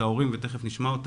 תיכף נשמע את